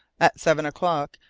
at seven o'clock,